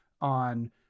on